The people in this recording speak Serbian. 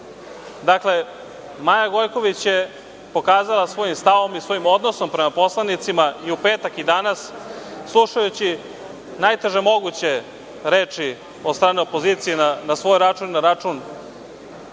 Maja Gojković je pokazala svojim stavom i svojim odnosom prema poslanicima i u petak i danas, slušajući najteže moguće reči od strane opozicije na svoj račun i na račun